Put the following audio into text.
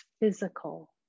physical